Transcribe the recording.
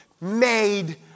made